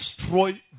destroy